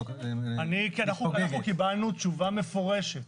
--- אנחנו קיבלנו תשובה מפורשת